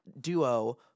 duo